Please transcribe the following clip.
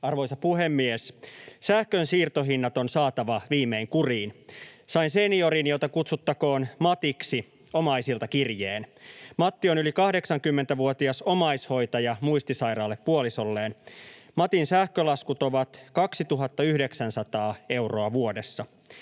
Arvoisa puhemies! Sähkönsiirtohinnat on saatava viimein kuriin. Sain seniorin, jota kutsuttakoon Matiksi, omaisilta kirjeen. Matti on yli 80-vuotias omaishoitaja muistisairaalle puolisolleen. Matin sähkölaskut ovat 2 900 euroa vuodessa.